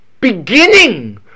beginning